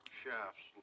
shafts